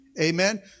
Amen